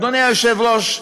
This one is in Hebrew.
אדוני היושב-ראש,